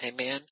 Amen